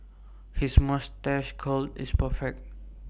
his moustache curl is perfect